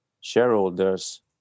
shareholders